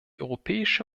europäische